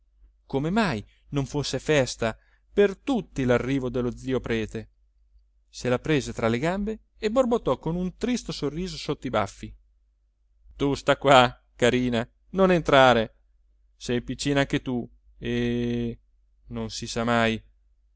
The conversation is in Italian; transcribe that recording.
come mai non fosse festa per tutti l'arrivo dello zio prete se la prese tra le gambe e borbottò con un tristo sorriso sotto i bafffi tu sta qua carina non entrare sei piccina anche tu e non si sa mai